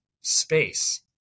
space